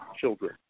children